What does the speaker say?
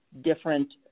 different